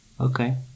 Okay